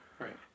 Right